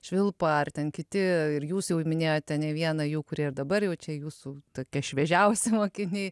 švilpa ar ten kiti ir jūs jau minėjote ne vieną jų kurie ir dabar jau čia jūsų tokie šviežiausi mokiniai